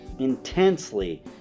intensely